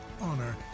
honor